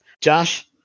Josh